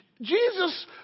Jesus